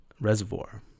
reservoir